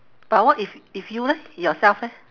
but what if if you leh yourself leh